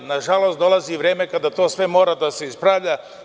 Nažalost, dolazi vreme kada to sve mora da se ispravlja.